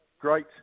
great